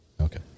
Okay